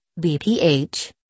BPH